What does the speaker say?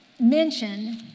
mention